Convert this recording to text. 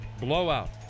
Blowout